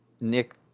Nick